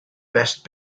best